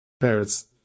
parents